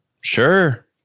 Sure